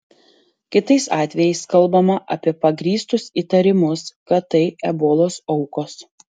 kitais atvejais kalbama apie pagrįstus įtarimus kad tai ebolos aukos